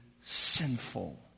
sinful